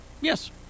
Yes